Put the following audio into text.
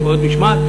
יש ועדות משמעת.